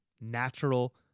natural